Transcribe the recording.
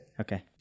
Okay